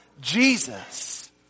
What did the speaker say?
Jesus